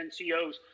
NCOs